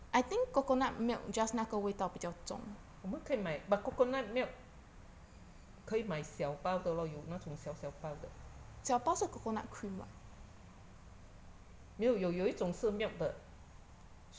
我们可以买 but coconut milk mandarin>可以买小包的:ke yi mai xiao bao de lor 有那种小小包的没有有一种是 milk 的